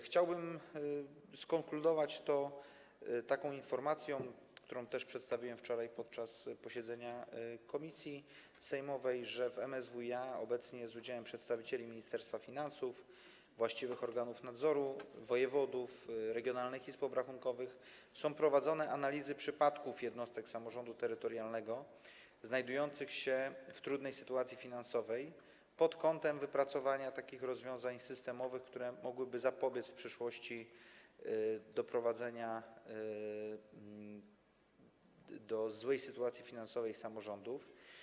Chciałbym skonkludować to taką informacją, którą też przedstawiłem wczoraj podczas posiedzenia komisji sejmowej, że obecnie w MSWiA, z udziałem przedstawicieli Ministerstwa Finansów, właściwych organów nadzoru, wojewodów, regionalnych izb obrachunkowych, są prowadzone analizy przypadków jednostek samorządu terytorialnego znajdujących się w trudnej sytuacji finansowej pod kątem wypracowania takich rozwiązań systemowych, które mogłyby zapobiec w przyszłości doprowadzeniu do złej sytuacji finansowej samorządów.